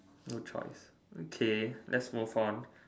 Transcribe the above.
no choice okay let's move on